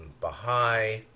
Baha'i